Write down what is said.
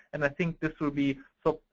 and i think this will be so,